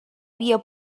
via